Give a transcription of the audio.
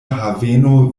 haveno